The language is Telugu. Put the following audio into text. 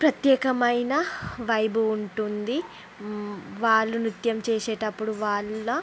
ప్రత్యేకమైన వైబు ఉంటుంది వాళ్ళు నృత్యం చేసేటప్పుడు వాళ్ళ